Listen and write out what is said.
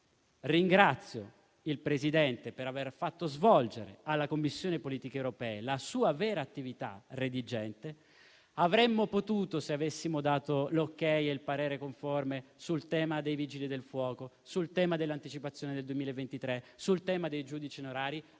Ringrazio il Presidente per aver fatto svolgere alla Commissione politiche europee la sua vera attività. Se fosse stato dato l'ok e il parere conforme sul tema dei Vigili del fuoco, sul tema dell'anticipazione del 2023, sul tema dei giudici onorari,